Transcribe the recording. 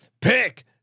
pick